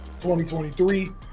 2023